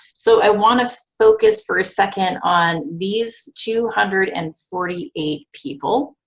so i want to focus for a second on these two hundred and forty eight people.